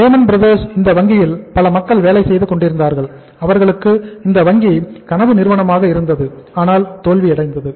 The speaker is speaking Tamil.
லெமன்பிரதர் இந்த வங்கியில் பல மக்கள் வேலை செய்து கொண்டிருந்தனர் அவர்களுக்கு இந்த வங்கி கனவு நிறுவனமாக இருந்தது ஆனால் தோல்வியடைந்தது